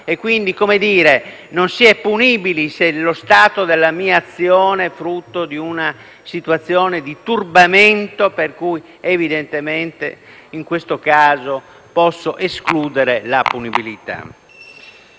è quindi punibili se lo stato della mia azione è frutto di una situazione di turbamento, per cui evidentemente in questo caso posso escludere la punibilità.